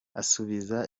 asubiza